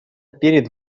пред